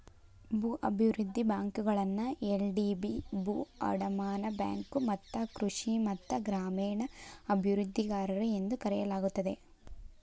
ಭೂ ಅಭಿವೃದ್ಧಿ ಬ್ಯಾಂಕುಗಳನ್ನ ಎಲ್.ಡಿ.ಬಿ ಭೂ ಅಡಮಾನ ಬ್ಯಾಂಕು ಮತ್ತ ಕೃಷಿ ಮತ್ತ ಗ್ರಾಮೇಣ ಅಭಿವೃದ್ಧಿಗಾರರು ಎಂದೂ ಕರೆಯಲಾಗುತ್ತದೆ